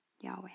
Yahweh